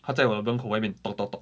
她在我的门口外面 tok tok tok